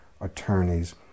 attorneys